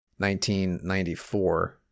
1994